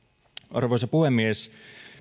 arvoisa puhemies